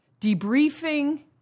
debriefing